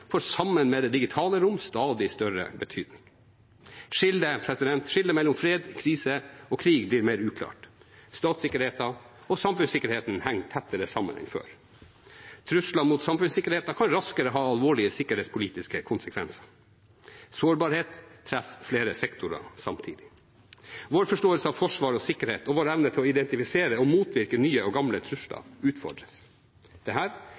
får sammen med det digitale rom stadig større betydning. Skillet mellom fred, krise og krig blir mer uklart. Statssikkerheten og samfunnssikkerheten henger tettere sammen enn før. Trusler mot samfunnssikkerheten kan raskere ha alvorlige sikkerhetspolitiske konsekvenser. Sårbarheten treffer flere sektorer samtidig. Vår forståelse av forsvar og sikkerhet og vår evne til å identifisere og motvirke nye og gamle